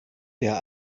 der